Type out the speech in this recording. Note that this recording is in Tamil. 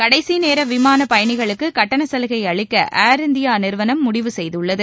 கடைசி நேர விமான பயனிகளுக்கு கட்டண சலுகை அளிக்க ஏர் இந்தியா நிறுவனம் முடிவு செய்துள்ளது